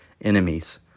enemies